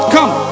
Come